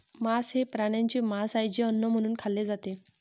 मांस हे प्राण्यांचे मांस आहे जे अन्न म्हणून खाल्ले जाते